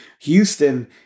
Houston